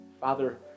Father